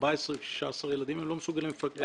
14 ו-16 ילדים והם לא מסוגלים לפרנס אותם.